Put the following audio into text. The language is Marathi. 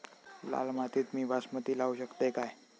लाल मातीत मी बासमती लावू शकतय काय?